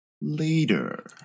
later